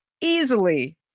easily